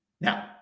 Now